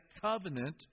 covenant